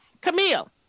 Camille